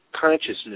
Consciousness